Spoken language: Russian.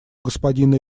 господина